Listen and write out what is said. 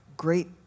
Great